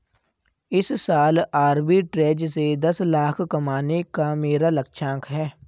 इस साल आरबी ट्रेज़ से दस लाख कमाने का मेरा लक्ष्यांक है